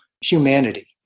humanity